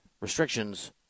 Restrictions